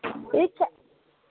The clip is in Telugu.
ఈ చ